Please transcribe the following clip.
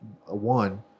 one